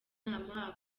inama